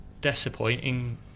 disappointing